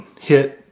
hit